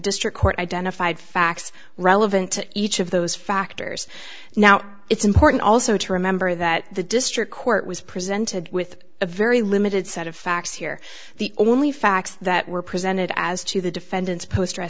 district court identified facts relevant to each of those factors now it's important also to remember that the district court was presented with a very limited set of facts here the only facts that were presented as to the defendant's post